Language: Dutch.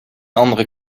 andere